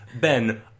Ben